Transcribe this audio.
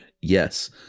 yes